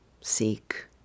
seek